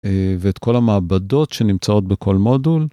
ואת כל המעבדות שנמצאות בכל מודול.